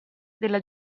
della